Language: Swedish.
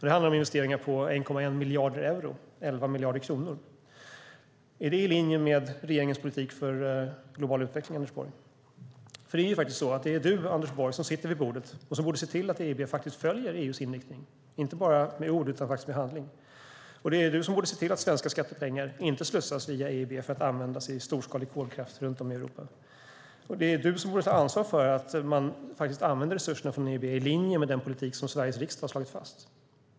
Det handlar om investeringar på 1,1 miljarder euro, alltså 11 miljarder kronor. Är det i linje med regeringens politik för global utveckling, Anders Borg? Det är ju faktiskt du som sitter vid bordet och borde se till att EIB följer EU:s inriktning, inte bara med ord utan också med handling. Det är du som borde se till att svenska skattepengar inte slussas via EIB för att användas i storskalig kolkraft runt om i Europa. Det är du som borde ta ansvar för att man använder resurserna från EIB i linje med den politik som Sveriges riksdag har slagit fast.